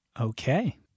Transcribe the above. Okay